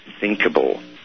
thinkable